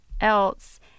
else